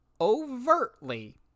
overtly